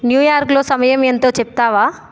న్యూయార్కులో సమయం ఎంతో చెప్తావా